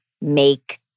make